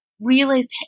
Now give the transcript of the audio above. realized